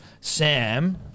Sam